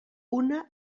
una